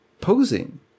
posing